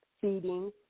feeding